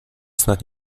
snad